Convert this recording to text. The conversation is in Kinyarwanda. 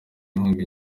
inkunga